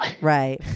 Right